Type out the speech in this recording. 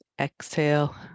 Exhale